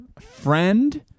friend